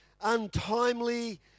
untimely